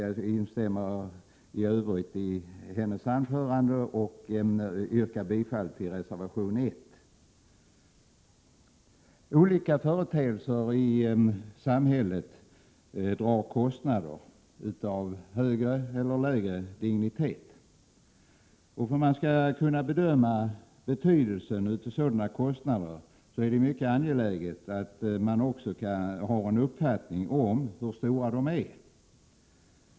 Jag instämmer i övrigt i hennes anförande och yrkar bifall till reservation 1. Olika företeelser i samhället drar kostnader av högre eller lägre dignitet. För att man skall kunna bedöma betydelsen av sådana kostnader är det mycket angeläget att man också har en uppfattning om hur stora de är.